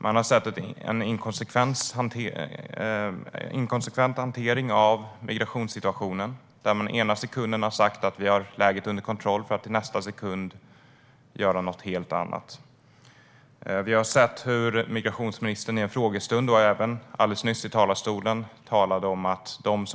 Det har varit en inkonsekvent hantering av migrationssituationen där man ena sekunden sagt att läget är under kontroll för att i nästa sekund göra något helt annat. Migrationsministern har i en frågestund och alldeles nyss i talarstolen talat om att han